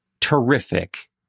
terrific